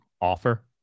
offer